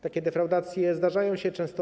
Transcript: Takie defraudacje zdarzają się często.